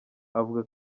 avuga